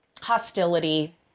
hostility